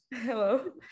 Hello